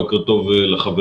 בוקר טוב לחברים,